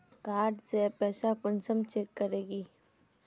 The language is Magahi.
कार्ड से पैसा कुंसम चेक करोगी?